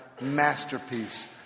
masterpiece